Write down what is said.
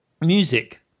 music